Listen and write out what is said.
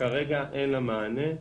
כרגע אין לה מענה.